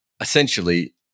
essentially